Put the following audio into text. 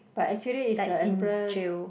but actually is the emperor